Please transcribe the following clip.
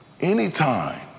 Anytime